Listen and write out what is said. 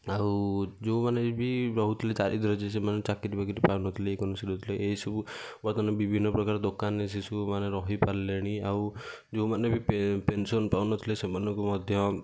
ଆଉ ଯେଉଁ ମାନେ ବି ରହୁଥିଲେ ସେମାନେ ଚାକିରୀ ବାକିରୀ ପାଉନଥିଲେ ଏଇ ସବୁ ବର୍ତ୍ତମାନ ବିଭିନ୍ନ ପ୍ରକାର ଦୋକାନରେ ସେ ସବୁ ମାନେ ରହିପାରିଲେଣି ଆଉ ଯେଉଁ ମାନେ ବି ପେ ପେନସନ୍ ପାଉ ନଥିଲେ ସେମାନଙ୍କୁ ମଧ୍ୟ